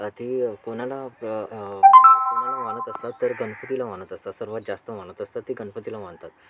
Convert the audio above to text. तर ते कोणाला मानत असतात तर गणपतीला मानत असतात तर सर्वात जास्त मानत असतात ते गणपतीला मानतात